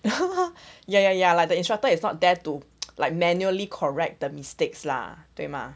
ya ya ya ya lah the instructor is not there to like manually correct their mistakes lah 对吗